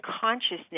consciousness